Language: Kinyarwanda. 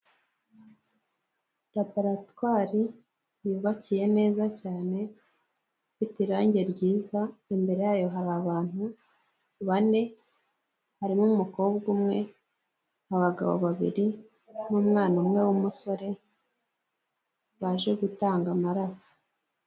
Laburatwari, yubakiye neza cyane, ifite irangi ryiza, imbere yayo hari abantu bane, harimo umukobwa umwe, abagabo babiri n'umwana umwe w'umusore, baje gutanga amaraso.